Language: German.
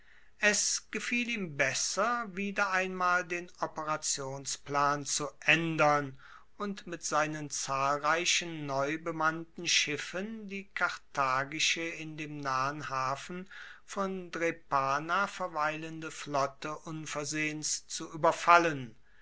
es gefiel ihm besser wieder einmal den operationsplan zu aendern und mit seinen zahlreichen neu bemannten schiffen die karthagische in dem nahen hafen von drepana verweilende flotte unversehens zu ueberfallen